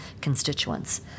constituents